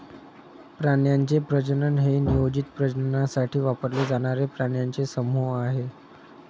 प्राण्यांचे प्रजनन हे नियोजित प्रजननासाठी वापरले जाणारे प्राण्यांचे समूह आहे